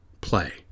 play